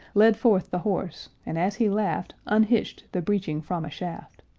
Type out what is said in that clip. led forth the horse, and as he laughed unhitched the breeching from a shaft,